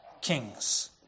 kings